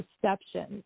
perceptions